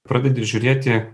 pradedi žiūrėti